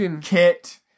Kit